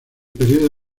periodo